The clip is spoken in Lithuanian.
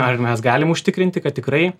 ar mes galim užtikrinti kad tikrai